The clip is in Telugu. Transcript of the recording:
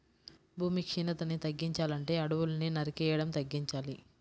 భూమి క్షీణతని తగ్గించాలంటే అడువుల్ని నరికేయడం తగ్గించాలి